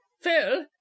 phil